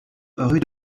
rue